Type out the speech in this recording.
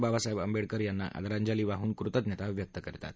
बाबासाहेब आंबेडकर यांना आदरांजली वाहून कृतज्ञता व्यक्त करतात